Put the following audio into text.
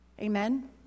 Amen